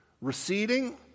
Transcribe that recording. receding